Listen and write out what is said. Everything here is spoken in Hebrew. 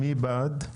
מי בעד?